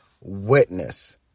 witness